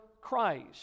Christ